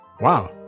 wow